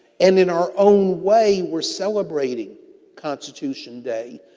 and, in our own way, we're celebrating constitution day.